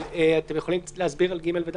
אבל, אתם יכולים להסביר על סעיפים (ג) ו-(ד)?